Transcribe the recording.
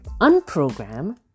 unprogram